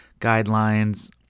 guidelines